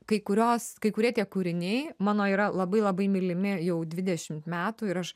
kai kurios kai kurie tie kūriniai mano yra labai labai mylimi jau dvidešimt metų ir aš